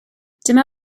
dyma